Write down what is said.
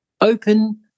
open